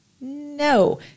no